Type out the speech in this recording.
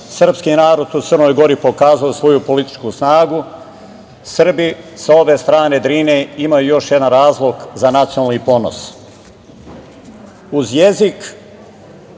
srpski narod u Crnoj Gori pokazao svoju političku snagu, Srbi sa obe strane Drine imaju još jedan razlog za nacionalni ponos. Uz jezik,